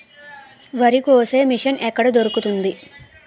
వరి కోసే మిషన్ ఎక్కడ దొరుకుతుంది?